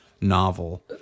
novel